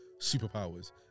superpowers